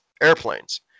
airplanes